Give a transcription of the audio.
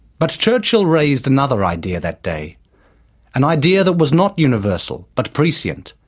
but churchill raised another idea that day an idea that was not universal, but prescient.